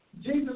Jesus